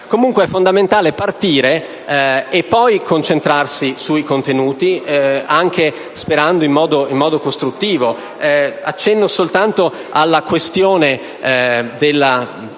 comunque fondamentale partire e, poi, concentrarsi sui contenuti, sperando anche in modo costruttivo. Accenno soltanto alla questione della